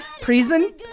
Prison